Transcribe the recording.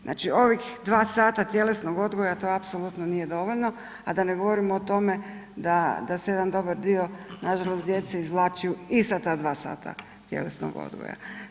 Znači ovih 2 sata tjelesnog odgoja to apsolutno nije dovoljno, a da ne govorimo o tome da se jedan dobar dio nažalost djece izvlači i sa ta 2 sata tjelesnog odgoja.